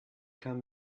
kann